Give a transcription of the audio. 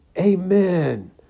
Amen